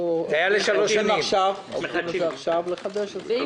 עומדים לחדש את זה.